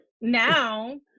now